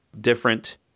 different